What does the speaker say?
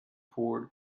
poured